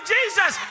Jesus